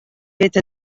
witte